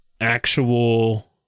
actual